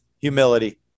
humility